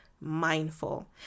mindful